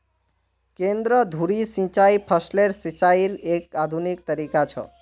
केंद्र धुरी सिंचाई फसलेर सिंचाईयेर एक आधुनिक तरीका छ